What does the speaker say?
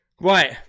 Right